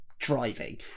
Driving